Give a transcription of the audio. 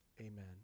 amen